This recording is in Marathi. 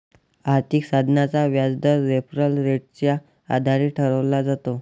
आर्थिक साधनाचा व्याजदर रेफरल रेटच्या आधारे ठरवला जातो